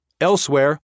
Elsewhere